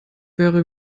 wäre